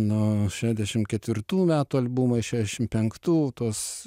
nuo šedešim ketvirtų metų albumai šešim penktų tuos